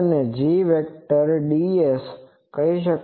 g→ ds કહી શકું છું